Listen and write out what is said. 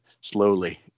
slowly